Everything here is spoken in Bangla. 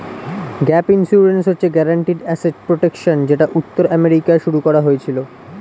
গ্যাপ ইন্সুরেন্স হচ্ছে গ্যারিন্টিড অ্যাসেট প্রটেকশন যেটা উত্তর আমেরিকায় শুরু করা হয়েছিল